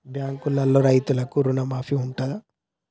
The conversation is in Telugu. బ్యాంకులో రైతులకు రుణమాఫీ ఉంటదా?